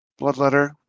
Bloodletter